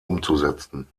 umzusetzen